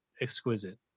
exquisite